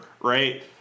right